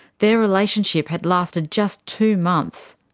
their relationship had lasted just two months.